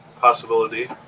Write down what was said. possibility